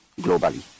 globally